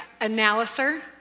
Analyzer